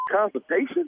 consultation